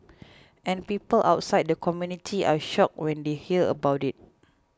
and people outside the community are shocked when they hear about it